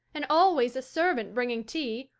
and always a servant bringing tea,